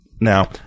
Now